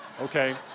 okay